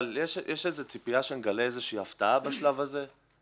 אבל יש איזו ציפייה שנגלה איזושהי הפתעה בשלב הזה?